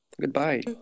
Goodbye